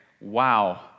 Wow